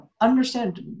Understand